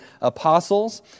apostles